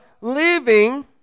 living